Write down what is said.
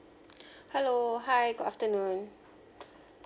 hello hi good afternoon